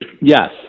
Yes